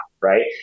right